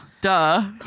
Duh